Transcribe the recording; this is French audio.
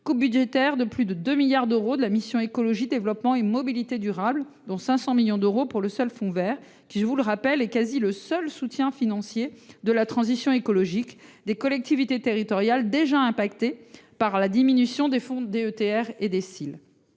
coupe budgétaire de plus de 2 milliards d’euros de la mission « Écologie, développement et mobilité durables », dont 500 millions d’euros pour le seul fonds vert, qui est quasiment le seul soutien financier de la transition écologique des collectivités territoriales, déjà touchées par la diminution des fonds DETR et DSIL.